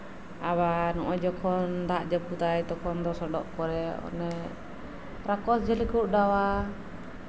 ᱟᱵᱟᱨ ᱱᱚᱜᱼᱚᱭ ᱡᱚᱠᱷᱚᱱ ᱫᱟᱜ ᱡᱟᱹᱯᱩᱫ ᱟᱭ ᱛᱚᱠᱷᱚᱱ ᱫᱚ ᱚᱱᱮ ᱥᱚᱰᱚᱜ ᱠᱚᱨᱮᱜ ᱨᱟᱠᱚᱥ ᱡᱷᱟᱹᱞᱤ ᱠᱚ ᱚᱰᱟᱣᱟ